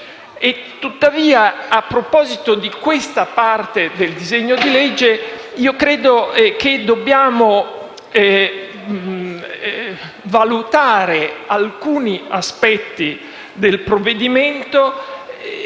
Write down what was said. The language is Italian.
Tuttavia, a proposito di questa parte del disegno di legge, credo che in relazione ad alcuni aspetti del provvedimento